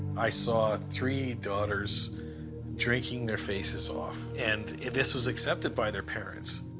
i saw three daughters drinking their faces off, and this was accepted by their parents.